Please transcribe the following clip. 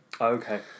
Okay